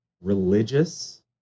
religious